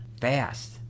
fast